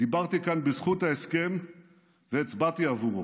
דיברתי כאן בזכות ההסכם והצבעתי עבורו.